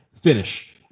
finish